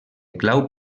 clau